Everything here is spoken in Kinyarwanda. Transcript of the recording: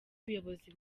ubuyobozi